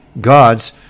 God's